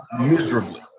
miserably